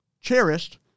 Cherished